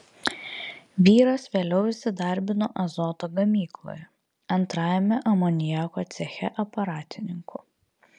vyras vėliau įsidarbino azoto gamykloje antrajame amoniako ceche aparatininku